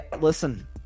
listen